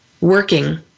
working